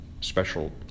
special